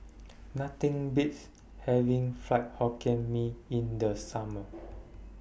Nothing Beats having Fried Hokkien Mee in The Summer